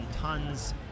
tons